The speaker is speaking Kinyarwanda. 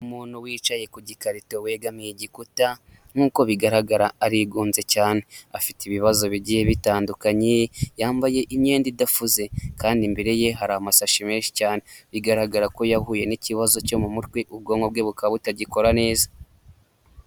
Umuntu wicaye ku gikarito wegamiye igikuta nkuko bigaragara arigunze cyane afite ibibazo bigiye bitandukanye, yambaye imyenda idafuze kandi imbere ye hari amasashi menshi cyane bigaragara ko yahuye n'ikibazo cyo mu mutwe ubwonko bwe bukaba butagikora neza.